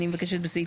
אני מדברת על סעיף